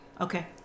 Okay